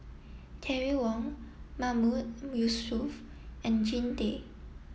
Terry Wong Mahmood Yusof and Jean Tay